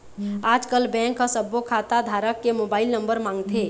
आजकल बेंक ह सब्बो खाता धारक के मोबाईल नंबर मांगथे